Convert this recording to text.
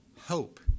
hope